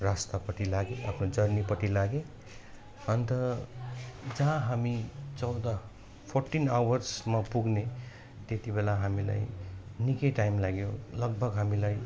रास्तापटि लागे आफ्नो जर्नीपटि लागे अन्त जहाँ हामी चौध फोर्टिन आवर्समा पुग्ने त्यति बेला हामीलाई निकै टाइम लाग्यो लगभग हामीलाई